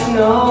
no